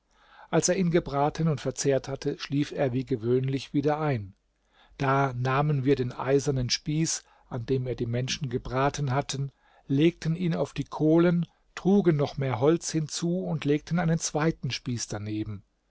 als er ihn gebraten und verzehrt hatte schlief er wie gewöhnlich wieder ein da nahmen wir den eisernen spieß an dem er die menschen gebraten hatte legten ihn auf die kohlen trugen noch mehr holz hinzu und legten einen zweiten spieß daneben